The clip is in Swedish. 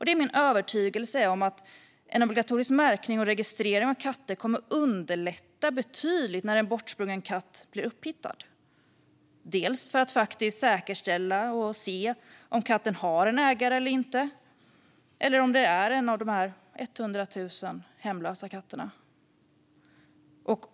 Det är min övertygelse att en obligatorisk märkning och registrering av katter kommer att underlätta betydligt när en bortsprungen katt blir upphittad, för att säkerställa och se om katten har en ägare eller om den är en av de 100 000 hemlösa katterna.